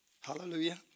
Hallelujah